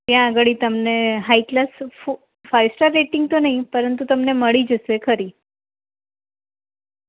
ત્યાં આગળ તમને હાઈક્લાસ ફાઈવસ્ટાર રેટિંગ તો નહીં પરંતુ તમને મળી જશે ખરી